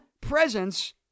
presence—